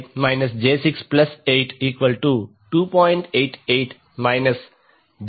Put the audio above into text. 88 j3